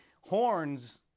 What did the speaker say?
horns